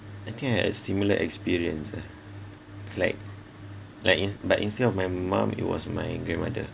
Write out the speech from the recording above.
I think I had a similar experience ah it's like like in~ but instead of my mum it was my grandmother